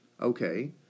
okay